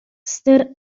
rhestr